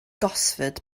gosford